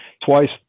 twice